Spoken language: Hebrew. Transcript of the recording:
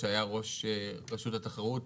שהיה ראש רשות התחרות